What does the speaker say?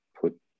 put